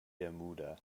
bermuda